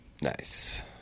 Nice